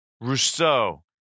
Rousseau